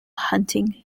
hunting